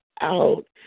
out